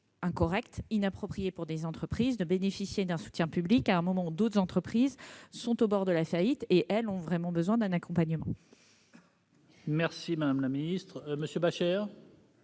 incorrect, inapproprié pour des entreprises de bénéficier d'un soutien public à un moment où d'autres entreprises sont au bord de la faillite et ont vraiment besoin, elles, d'un accompagnement. La parole est à M. Jérôme Bascher,